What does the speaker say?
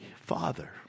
father